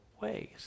ways